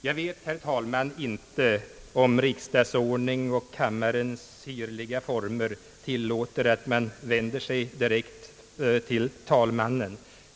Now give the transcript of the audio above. Jag vet, herr talman, inte om riksdagsordningen och kammarens sirliga former tillåter att man vänder sig direkt till talmannen.